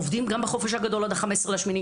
עובדים גם בחופש הגדול עד ה-15 באוגוסט.